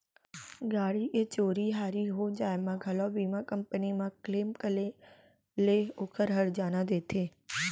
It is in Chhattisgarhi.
गाड़ी के चोरी हारी हो जाय म घलौ बीमा कंपनी म क्लेम करे ले ओकर हरजाना देथे